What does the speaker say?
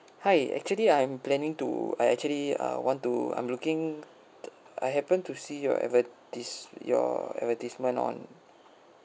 hi actually I am planning to I actually err want to I'm looking t~ I happen to see your advertis~ your advertisement on